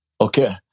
Okay